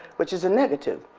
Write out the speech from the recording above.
which is a negative.